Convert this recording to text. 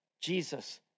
Jesus